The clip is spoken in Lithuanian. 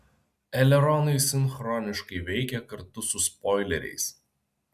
eleronai sinchroniškai veikia kartu su spoileriais